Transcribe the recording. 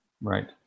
Right